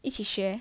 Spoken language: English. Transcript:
一起学